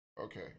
Okay